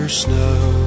snow